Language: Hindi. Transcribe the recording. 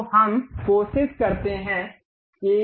तो हम कोशिश करते हैं कि